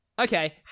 Okay